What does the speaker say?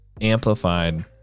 amplified